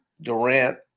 Durant